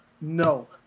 no